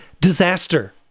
disaster